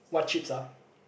what chips uh